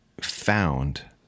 found